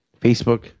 facebook